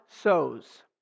Sows